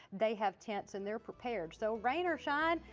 they have tents and they're prepared. so, rain or shine,